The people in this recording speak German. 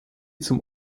zum